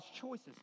choices